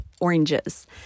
oranges